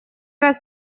раз